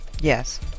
Yes